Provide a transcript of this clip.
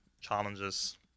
challenges